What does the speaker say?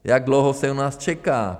Jak dlouho se u nás čeká?